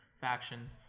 faction